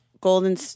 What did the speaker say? Golden